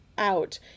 Out